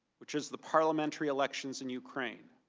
which is the parliamentary elections in ukraine.